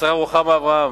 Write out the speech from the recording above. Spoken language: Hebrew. השרה רוחמה אברהם.